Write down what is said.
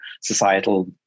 societal